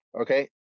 Okay